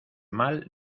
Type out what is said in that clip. mal